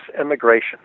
immigration